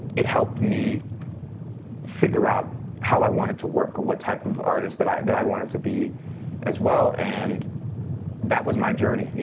it helped me figure out how i wanted to work, or what type of artist that i that i wanted to be as well. and that was my journey.